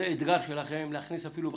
האתגר שלכם הוא להכניס, אפילו בחקיקה,